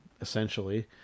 essentially